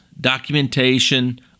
documentation